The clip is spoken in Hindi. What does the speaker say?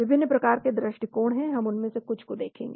विभिन्न प्रकार के दृष्टिकोण हैं हम उनमें से कुछ को देखेंगे